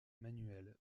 manuel